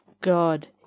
God